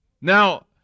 Now